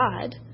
God